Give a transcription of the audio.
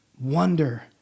wonder